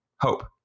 hope